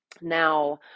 now